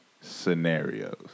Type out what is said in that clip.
scenarios